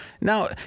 Now